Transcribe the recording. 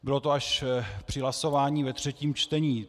Bylo to až při hlasování ve třetím čtení.